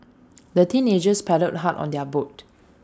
the teenagers paddled hard on their boat